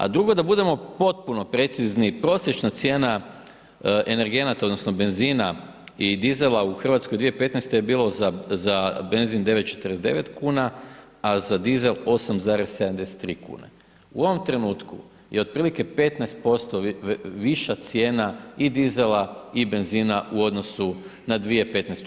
A drugo da budemo potpuno precizni, prosječna cijena energenata odnosno benzina i dizela u Hrvatskoj 2015. je bilo za benzin 9,49 kn a za dizel 8,73 kn, u ovom trenutku i otprilike 15% viša cijena i dizela i benzina u odnosu na 2015.